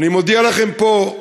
ואני מודיע לכם פה,